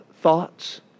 thoughts